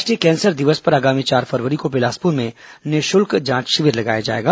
राष्ट्रीय कैंसर दिवस पर आगामी चार फरवरी को बिलासपुर में निःशुल्क जांच शिविर लगाया जाएगा